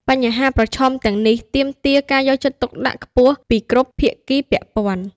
បញ្ហាប្រឈមទាំងនេះទាមទារការយកចិត្តទុកដាក់ខ្ពស់ពីគ្រប់ភាគីពាក់ព័ន្ធ។